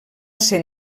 ser